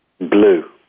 Blue